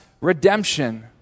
redemption